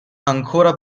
ancora